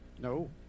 No